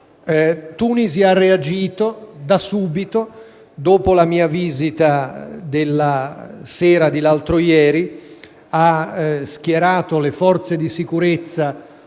Tunisi ha reagito, da subito, dopo la mia visita dell'altro ieri sera. Ha schierato le forze di sicurezza